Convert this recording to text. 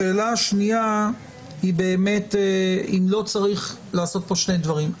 השאלה השנייה אם לא צריך לעשות פה שני דברים.